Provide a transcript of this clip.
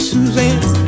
Suzanne